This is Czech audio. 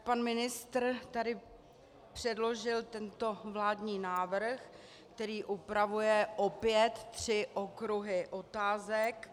Pan ministr tady předložil vládní návrh, který upravuje opět tři okruhy otázek.